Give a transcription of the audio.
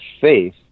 faith